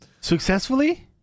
Successfully